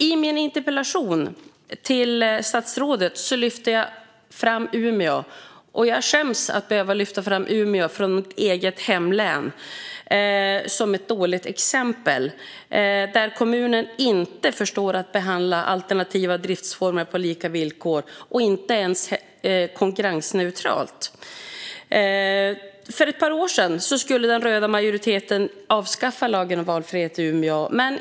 I min interpellation till statsrådet lyfte jag fram Umeå. Jag skäms över att behöva lyfta fram Umeå, i mitt eget hemlän, som ett dåligt exempel, där kommunen inte förstår att behandla alternativa driftsformer på lika villkor och inte ens förstår att behandla dem konkurrensneutralt. För ett par år sedan skulle den röda majoriteten avskaffa lagen om valfrihet i Umeå.